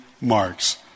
marks